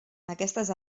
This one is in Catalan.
aquestes